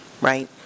right